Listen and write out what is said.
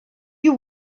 you